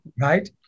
Right